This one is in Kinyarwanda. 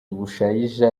bushayija